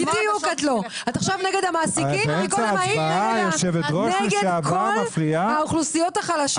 את עכשיו נגד המעסיקים ומקודם היית נגד כל האוכלוסיות החלשות.